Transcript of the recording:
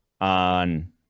on